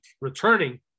returning